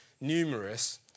numerous